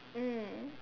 mm